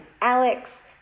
Alex